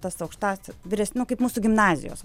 tas aukštąsias vyresnių kaip mūsų gimnazijos